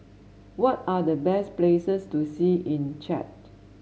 what are the best places to see in Chad